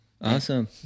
Awesome